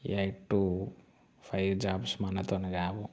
eight to five jobs మనతో కావు